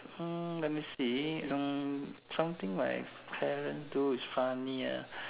hmm let me see hmm) something my parents do is funny ah